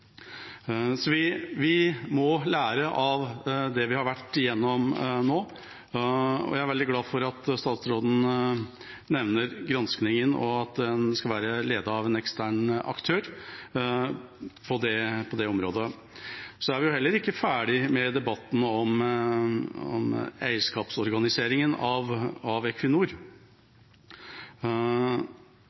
Vi må lære av det vi har vært gjennom nå. Jeg er veldig glad for at statsråden nevner granskingen, og at den skal være ledet av en ekstern aktør på det området. Vi er heller ikke ferdig med debatten om eierskapsorganiseringen av Equinor.